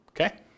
Okay